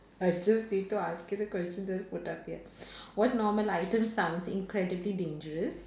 I just need to ask you the question as put up here what normal items sounds incredibly dangerous